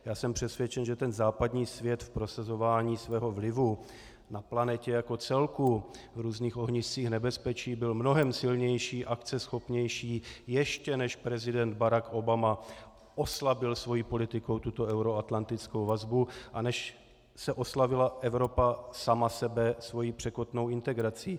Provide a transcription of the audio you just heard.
Já jsem přesvědčen, že ten západní svět v prosazování svého vlivu na planetě jako celku v různých ohniscích nebezpečí byl mnohem silnější, akceschopnější, ještě než prezident Barack Obama oslabil svou politikou tuto euroatlantickou vazbu a než oslabila Evropa sama sebe svou překotnou integrací.